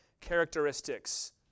characteristics